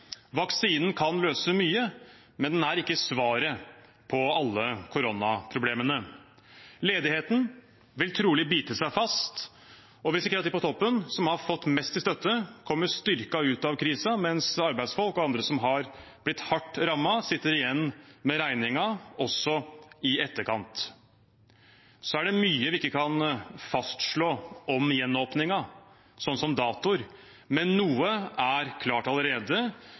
Vaksinen kan løse mye, men den er ikke svaret på alle koronaproblemene. Ledigheten vil trolig bite seg fast og vil sikre at de på toppen som har fått mest i støtte, kommer styrket ut av krisen, mens arbeidsfolk og andre som har blitt hardt rammet, sitter igjen med regningen også i etterkant. Så er det mye vi ikke kan fastslå om gjenåpningen, sånn som datoer, men noe er klart allerede.